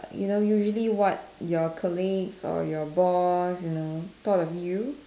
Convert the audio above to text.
you know usually what your colleague or your boss you know thought of you